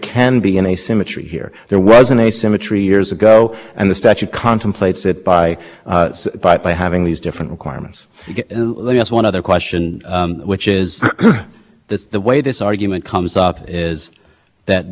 based on the argument we had earlier today there's a mandate for common carriage treatment if you're a telecommunications service so the statute is at loggerheads potentially and what the commission says is in order to